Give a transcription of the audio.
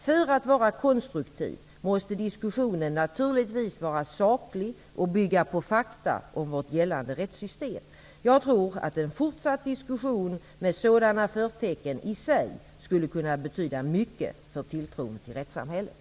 För att vara konstruktiv måste diskussionen naturligtvis vara saklig och bygga på fakta om vårt gällande rättssystem. Jag tror att en fortsatt diskussion med sådana förtecken i sig skulle kunna betyda mycket för tilltron till rättssamhället.